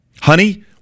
Honey